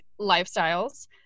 lifestyles